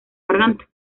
garganta